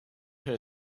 her